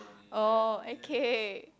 oh okay